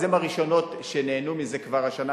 אז הן הראשונות שנהנו מזה כבר השנה,